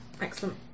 Excellent